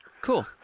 Cool